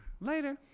Later